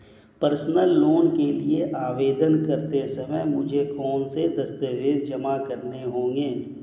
Personal loan के लिए आवेदन करते समय मुझे कौन से दस्तावेज़ जमा करने होंगे?